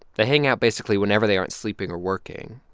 they hang out basically whenever they aren't sleeping or working,